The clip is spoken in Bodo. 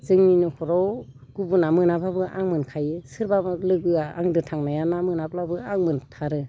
जोंनि न'खराव गुबुना मोनाबाबो आं मोनखायो सोरबाबा लोगोआ आंजों थांनाया ना मोनाब्लाबो आं मोनथारो